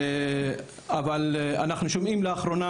אבל אנחנו שומעים לאחרונה